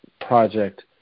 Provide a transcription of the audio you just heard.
project